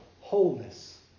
Wholeness